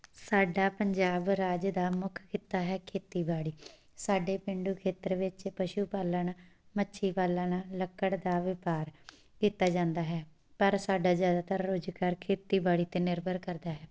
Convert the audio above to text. ਸਾਡਾ ਪੰਜਾਬ ਰਾਜ ਦਾ ਮੁੱਖ ਕਿੱਤਾ ਹੈ ਖੇਤੀਬਾੜੀ ਸਾਡੇ ਪੇਂਡੂ ਖੇਤਰ ਵਿੱਚ ਪਸ਼ੂ ਪਾਲਣ ਮੱਛੀ ਪਾਲਣ ਲੱਕੜ ਦਾ ਵਪਾਰ ਕੀਤਾ ਜਾਂਦਾ ਹੈ ਪਰ ਸਾਡਾ ਜ਼ਿਆਦਾਤਰ ਰੁਜ਼ਗਾਰ ਖੇਤੀਬਾੜੀ 'ਤੇ ਨਿਰਭਰ ਕਰਦਾ ਹੈ